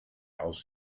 aus